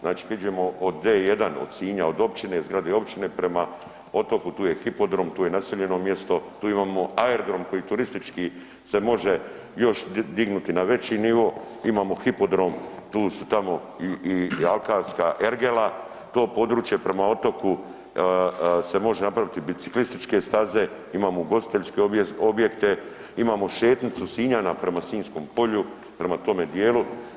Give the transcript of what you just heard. Znači kad iđemo od D1 od Sinja od općine, zgrade općine prema Otoku tu je hipodrom tu je naseljeno mjesto, tu imamo aerodrom koji turistički se može još dignuti na veći nivo, imamo hipodrom tu su tamo i alkarska ergela, to područje prema Otoku se može napraviti biciklističke staze, imamo ugostiteljske objekte, imamo šetnicu Sinja na prema Sinjskom polju, prema tome dijelu.